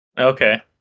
Okay